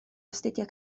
astudio